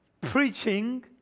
preaching